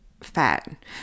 fat